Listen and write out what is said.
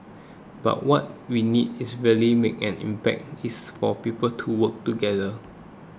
but what we need is really make an impact is for people to work together